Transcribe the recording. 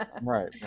right